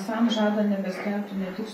sam žada nebeskelbti ne tik